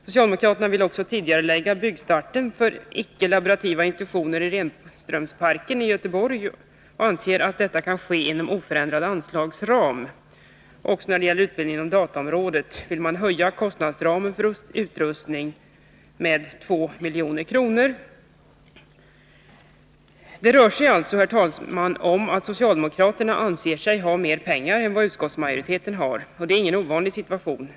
Socialdemokraterna vill också tidigarelägga byggstarten för icke-laborativa institutioner i Renströmsparken i Göteborg och anser att detta kan ske inom oförändrad anslagsram. Också när det gäller utbildningen inom dataområdet vill socialdemokraterna höja kostnadsramen för utrustning med 2 milj.kr. Det rör sig alltså, herr talman, om att socialdemokraterna anser sig ha mer pengar än vad utskottsmajoriteten har. Det är ingen ovanlig situation.